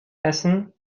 hessen